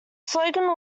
slogan